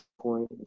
point